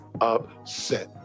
upset